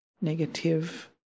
negative